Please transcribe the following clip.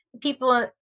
people